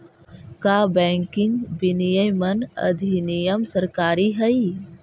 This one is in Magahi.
का बैंकिंग विनियमन अधिनियम सरकारी हई?